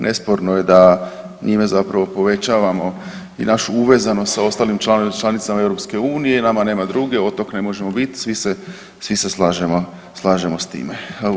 Nesporno je da njime zapravo povećavamo i našu uvezanost sa ostalim članicama EU i nama nema druge, otok ne možemo biti, svi se slažemo s time.